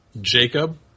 Jacob